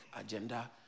agenda